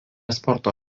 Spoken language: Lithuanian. sporto